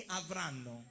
avranno